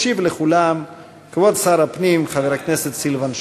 ישיב לכולם כבוד שר הפנים חבר הכנסת סילבן שלום.